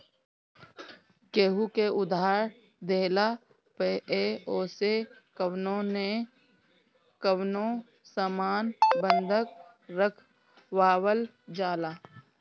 केहू के उधार देहला पअ ओसे कवनो न कवनो सामान बंधक रखवावल जाला